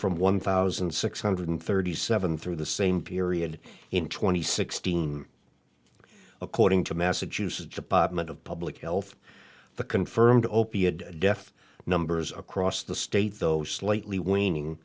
from one thousand six hundred thirty seven through the same period in two thousand and sixteen according to massachusetts department of public health the confirmed opiated death numbers across the state though slightly waning